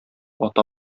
ата